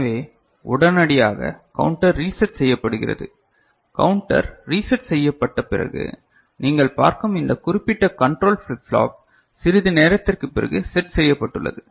எனவே உடனடியாக counter reset செய்யப்படுகிறது கவுண்டர் ரீசெட் செய்யப்பட்ட பிறகு நீங்கள் பார்க்கும் இந்த குறிப்பிட்ட கண்ட்ரோல் ஃபிளிப் ஃப்ளாப் சிறிது நேரத்திற்குப் பிறகு செட் செய்யப்பட்டுள்ளது